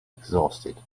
exhausted